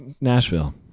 Nashville